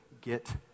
get